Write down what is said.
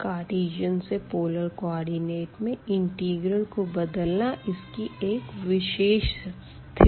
Cartesian से polar coordinate में integral को बदलना इसकी एक विशेष स्थिति थी